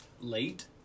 late